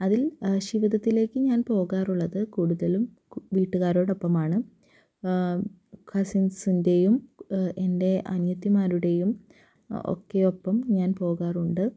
അതില് ശിവദത്തിലേക്ക് ഞാന് പോകാറുള്ളത് കൂടുതലും വീട്ടുകാരോടൊപ്പം ആണ് കസിന്സിന്റെയും എന്റെ അനിയത്തിമാരുടെയും ഒക്കെ ഒപ്പം ഞാൻ പോകാറുണ്ട്